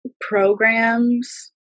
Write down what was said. programs